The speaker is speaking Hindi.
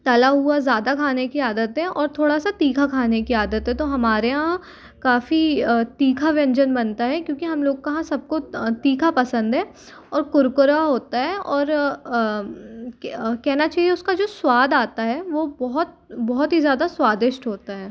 तला हुआ ज़्यादा खाने की आदत है और थोड़ा सा तीखा खाने की आदत है तो हमारे यहाँ काफ़ी तीखा व्यंजन बनता है क्योंकि हम लोग कहाँ सब को तीखा पसंद है और कुरकुरा होता है और कहना चाहिए उसका जो स्वाद आता है वो बहुत बहुत ही ज़्यादा स्वादिष्ट होता है